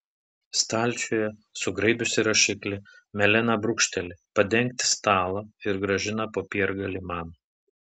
stalčiuje sugraibiusi rašiklį melena brūkšteli padengti stalą ir grąžina popiergalį man